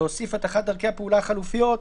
להוסיף את אחת מדרכי הפעולה החלופיות,